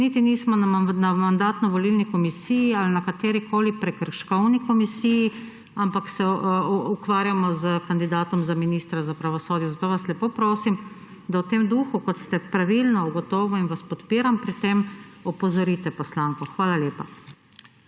niti nismo na Mandatno-volilni komisiji ali na katerikoli prekrškovni komisiji, ampak se ukvarjamo s kandidatom za ministra za pravosodje. Zato vas lepo prosim, da v tem duhu, kot ste pravilno ugotovil in vas podpiram pri tem, opozorite poslanko. Hvala lepa.